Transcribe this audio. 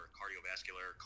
cardiovascular